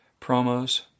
Promos